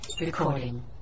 Recording